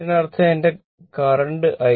ഇതിനർത്ഥം ഇത് current I